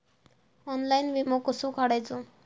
Online विमो कसो काढायचो?